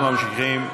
אנחנו ממשיכים.